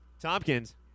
Tompkins